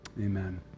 Amen